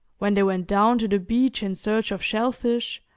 when they went down to the beach in search of shellfish,